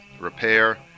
repair